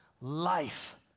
life